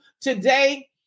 today